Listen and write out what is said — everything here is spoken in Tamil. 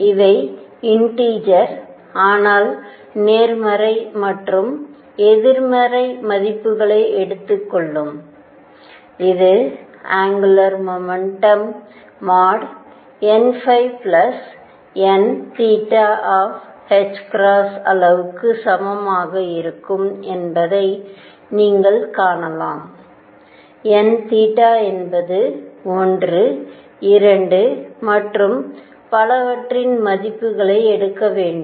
அவை இண்டீஜர்கள் ஆனால் நேர்மறை மற்றும் எதிர்மறை மதிப்புகளை எடுத்துக் கொள்ளும் இது அங்குலார் மொமெண்டம் nn அளவுக்கு சமமாக இருக்கும் என்பதை நீங்கள் காணலாம் n என்பது 1 2 மற்றும் பலவற்றின் மதிப்புகளை எடுக்க வேண்டும்